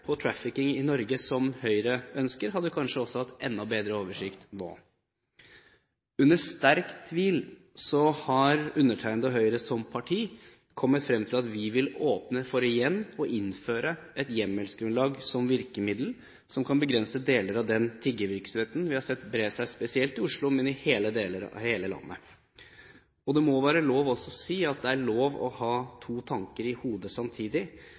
på trafficking i Norge, som Høyre ønsker, hadde vi kanskje også hatt bedre oversikt nå. Under sterk tvil har undertegnede og Høyre som parti kommet frem til at vi vil åpne for igjen å innføre et hjemmelsgrunnlag som virkemiddel, som kan begrense deler av den tiggervirksomheten vi har sett bre seg spesielt i Oslo, men også i hele landet. Det må være lov å si at det er lov å ha to tanker i hodet samtidig,